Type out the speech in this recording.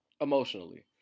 emotionally